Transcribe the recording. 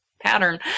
pattern